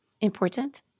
Important